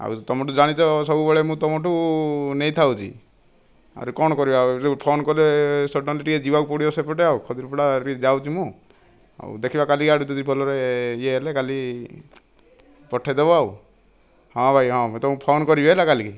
ଆଉ ତୁମେ ତ ଜାଣିଛ ସବୁବେଳେ ମୁଁ ତୁମଠୁ ନେଇଥାଉଛି ଆହୁରି କ'ଣ କରିବା ଯେଉଁ ଫୋନ୍ କଲେ ସଡନ୍ଲି ଟିକିଏ ଯିବାକୁ ପଡ଼ିବ ସେପଟେ ଆଉ ଖଜୁରିପଡ଼ା ଯାଉଛି ମୁଁ ଆଉ ଦେଖିବା କାଲି ଆଡ଼କୁ ଯଦି ଭଲ ଇଏ ହେଲେ କାଲି ପଠାଇଦେବ ଆଉ ହଁ ଭାଇ ହଁ ମୁଁ ତୁମକୁ ଫୋନ୍ କରିବି ହେଲା କାଲି